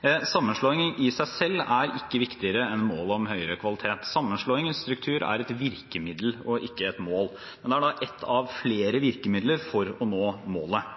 i seg selv er ikke viktigere enn målet om høyere kvalitet. Sammenslåingsstruktur er et virkemiddel og ikke et mål, men er ett av flere virkemidler for å nå målet.